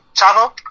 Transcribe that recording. Chavo